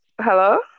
Hello